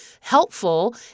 helpful